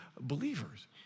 believers